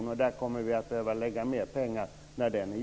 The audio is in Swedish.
När den är gjord kommer vi att behöva lägga mer pengar där.